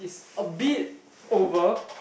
it's a bit over